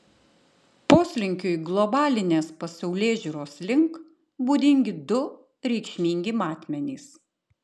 poslinkiui globalinės pasaulėžiūros link būdingi du reikšmingi matmenys